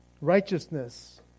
righteousness